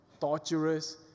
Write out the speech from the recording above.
torturous